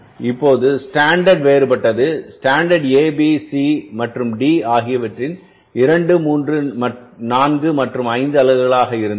இப்போது ஸ்டாண்டர்ட் வேறுபட்டது standard A B C மற்றும் D ஆகியவற்றின் 2 3 4 மற்றும் 5 அலகுகளாக இருந்தது